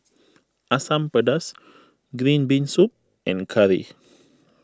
Asam Pedas Green Bean Soup and Curry